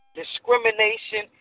discrimination